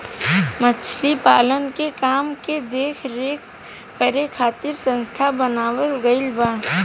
मछली पालन के काम के देख रेख करे खातिर संस्था बनावल गईल बा